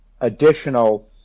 additional